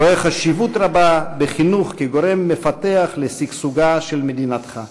רואה חשיבות רבה בחינוך כגורם מפתח לשגשוגה של מדינתך.